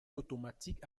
automatique